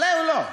אולי הוא לא.